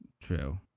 True